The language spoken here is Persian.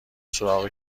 سراغ